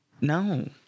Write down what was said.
No